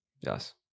yes